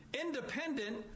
independent